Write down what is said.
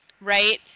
right